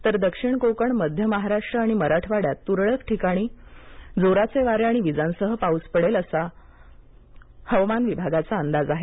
तर दक्षिण कोकणमध्य महाराष्ट्र आणि मराठवाड्यात तुरळक ठिकाणी जोराचे वारे आणि वीजांसह पाऊस पडेल असा हवामान विभागाचा अंदाज आहे